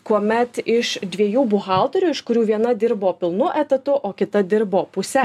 kuomet iš dviejų buhalterių iš kurių viena dirbo pilnu etatu o kita dirbo puse